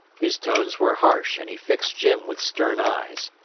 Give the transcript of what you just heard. his tones were harsh, and he fixed jim with stern eyes.